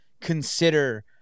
consider